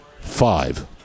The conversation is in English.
Five